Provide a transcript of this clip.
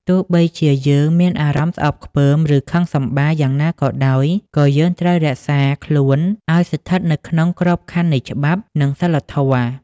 ទោះបីជាយើងមានអារម្មណ៍ស្អប់ខ្ពើម ឬខឹងសម្បារយ៉ាងណាក៏ដោយ ក៏យើងត្រូវតែរក្សាខ្លួនឲ្យស្ថិតនៅក្នុងក្របខ័ណ្ឌនៃច្បាប់ និងសីលធម៌។